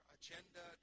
agenda